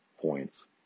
points